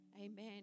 Amen